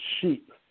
sheep